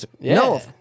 No